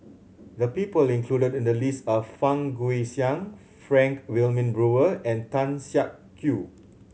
the people included in the list are Fang Guixiang Frank Wilmin Brewer and Tan Siak Kew